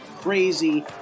crazy